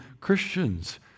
Christians